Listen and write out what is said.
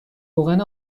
روغن